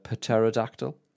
pterodactyl